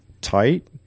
tight